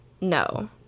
no